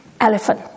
elephant